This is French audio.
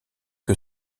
que